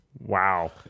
Wow